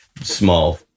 small